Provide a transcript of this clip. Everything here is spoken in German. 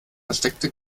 versteckte